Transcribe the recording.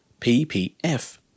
PPF